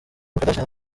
kardashian